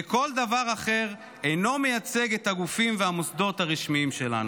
וכל דבר אחר אינו מייצג את הגופים והמוסדות הרשמיים שלנו.